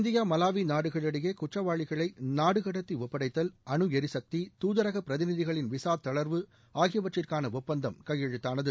India Malawi நாடுகளிடையே குற்றவாளிகளை நாடு கடத்தி ஒப்படைத்தல் அணு எரிசக்தி தூதரக பிரதிநிதிகளின் விசா தளர்வு ஆகியவற்றிற்கான ஒப்பந்தம் கையெழுத்தானது